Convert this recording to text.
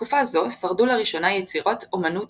מתקופה זו שרדו לראשונה יצירות אמנות